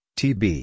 tb